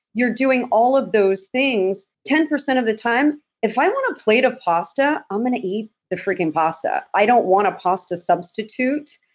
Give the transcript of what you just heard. you're doing all of those things ten percent of the time if i want a plate of pasta, i'm going to eat the freaking pasta. i don't want a pasta substitute.